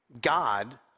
God